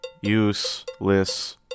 useless